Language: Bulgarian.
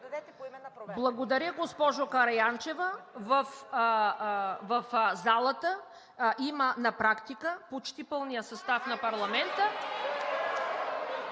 Благодаря, госпожо Караянчева. В залата на практика е почти пълният състав на парламента.